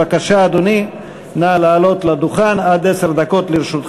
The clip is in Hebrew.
להלן התוצאות: